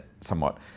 somewhat